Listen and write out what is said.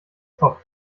top